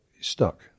stuck